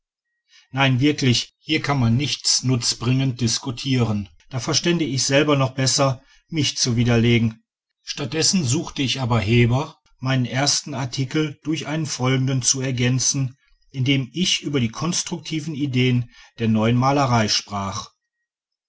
nein wirklich hier kann man nicht nutzbringend diskutieren da verstände ich selber noch besser mich zu widerlegen statt dessen suchte ich aber heber meinen ersten artikel durch einen folgenden zu ergänzen in dem ich über die konstruktiven ideen der neuen malerei sprach